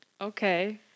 okay